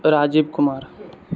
Rajiv Kumar